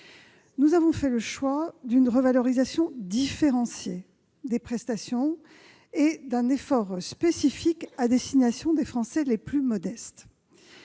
Nous avons fait le choix d'une revalorisation différenciée des prestations et d'un effort spécifique à destination des Français les plus modestes.